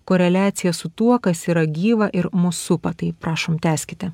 koreliaciją su tuo kas yra gyva ir mus supa tai prašom tęskite